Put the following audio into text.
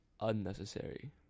unnecessary